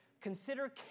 consider